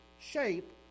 shape